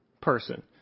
person